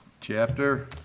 chapter